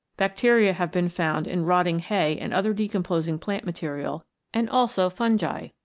bacteria have been found in rotting hay and other decom posing plant material and also fungi,